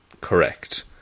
Correct